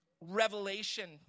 revelation